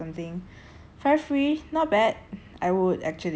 and it's like five free eh not like buy five get three free or something